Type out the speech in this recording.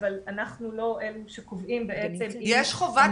אבל אנחנו לא אלו שקובעים בעצם אם --- יש חובת